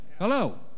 Hello